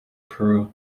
peru